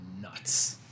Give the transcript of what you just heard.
nuts